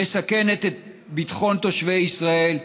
המסכנת את ביטחון תושבי ישראל,